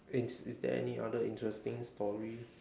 eh is there any other interesting story